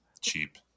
cheap